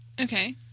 okay